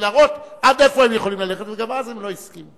להראות עד איפה הם יכולים ללכת וגם אז הם לא הסכימו.